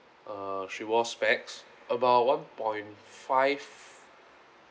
uh she wore specs about one point five